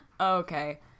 Okay